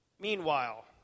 Meanwhile